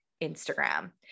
Instagram